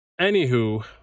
anywho